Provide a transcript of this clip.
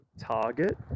target